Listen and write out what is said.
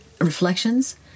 Reflections